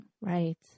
Right